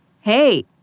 hey